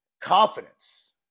confidence